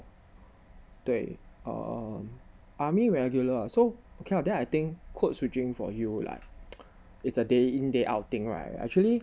对 err army regular so okay lah then I think code switching for you like it's a day in day outing right actually